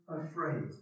afraid